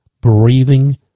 breathing